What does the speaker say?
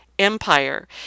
empire